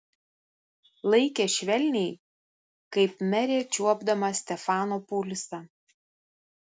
laikė švelniai kaip merė čiuopdama stefano pulsą